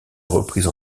reprise